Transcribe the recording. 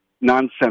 nonsense